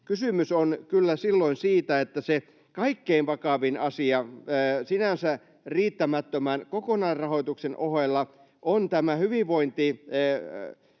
kysymys on kyllä silloin siitä, että se kaikkein vakavin asia sinänsä riittämättömän kokonaisrahoituksen ohella on tämä hyvinvointialuelain